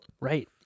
Right